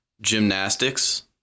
gymnastics